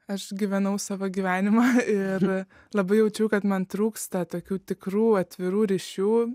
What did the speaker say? aš gyvenau savo gyvenimą ir labai jaučiau kad man trūksta tokių tikrų atvirų ryšių